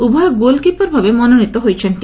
ଉଭୟ ଗୋଲ୍କିପର ଭାବେ ମନୋନୀତ ହୋଇଛନ୍ତି